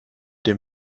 dem